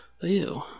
Ew